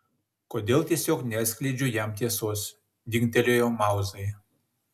kodėl tiesiog neatskleidžiu jam tiesos dingtelėjo mauzai